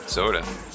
Soda